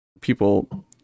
People